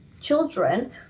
children